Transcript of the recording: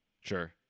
sure